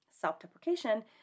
self-deprecation